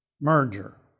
Merger